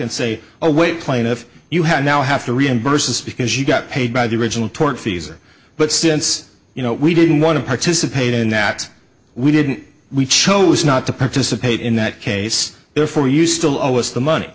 and say oh wait plaintiff you have now have to reimburse us because you got paid by the original tortfeasor but since you know we didn't want to participate in that we didn't we chose not to participate in that case therefore you still owe us the money